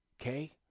okay